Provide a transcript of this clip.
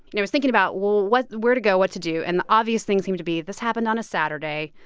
and i was thinking about, well, what where to go, what to do. and the obvious thing seemed to be this happened on a saturday.